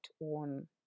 on